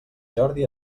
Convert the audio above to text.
jordi